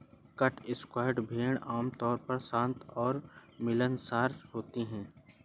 Cotswold भेड़ आमतौर पर शांत और मिलनसार होती हैं